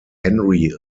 henry